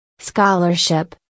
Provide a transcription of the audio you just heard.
Scholarship